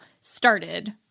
started